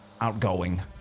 outgoing